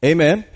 Amen